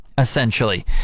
Essentially